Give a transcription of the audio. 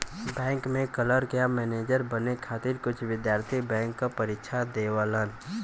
bank में clerk या manager बने खातिर कुछ विद्यार्थी बैंक क परीक्षा देवलन